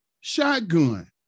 shotgun